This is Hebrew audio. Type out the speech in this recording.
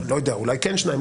לא יודע, אולי כן שניים.